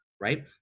right